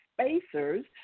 spacers